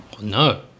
No